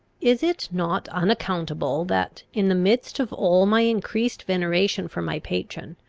is it not unaccountable that, in the midst of all my increased veneration for my patron,